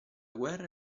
guerra